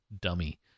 dummy